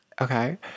okay